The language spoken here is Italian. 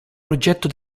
progetto